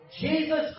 Jesus